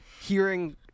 hearing